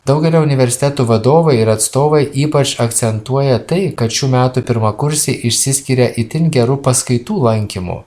daugelio universitetų vadovai ir atstovai ypač akcentuoja tai kad šių metų pirmakursiai išsiskiria itin geru paskaitų lankymu